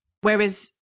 whereas